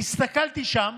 והסתכלתי שם